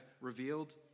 revealed